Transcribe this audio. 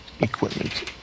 equipment